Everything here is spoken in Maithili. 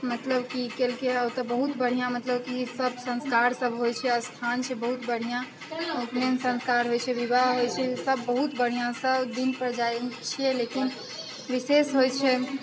मतलब की केलकै ओतऽ बहुत बढ़िआँ मतलब की सब संस्कार सब होइ छै स्थान छै बहुत बढ़िआँ उपनयन संस्कार होइ छै बिवाह होइ छै सब बहुत बढ़िआँसँ दिनपर जाइ छियै लेकिन विशेष होइ छै